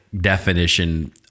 definition